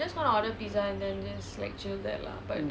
but then what time you are like